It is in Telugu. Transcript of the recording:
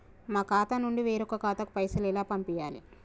మా ఖాతా నుండి వేరొక ఖాతాకు పైసలు ఎలా పంపియ్యాలి?